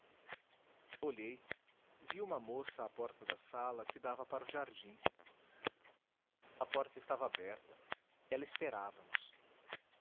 olhei vi uma moça à porta da sala que dava para o jardim a porta estava aberta ela esperava nos